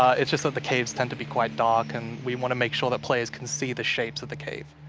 it's just that the caves tend to be quite dark and we want to make sure that players can see the shapes of the cave.